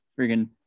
Friggin